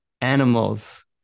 animals